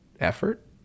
effort